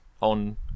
on